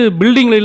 building